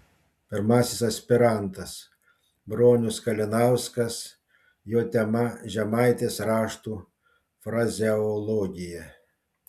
pirmasis aspirantas bronius kalinauskas jo tema žemaitės raštų frazeologija